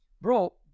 Bro